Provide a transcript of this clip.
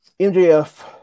MJF